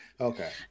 Okay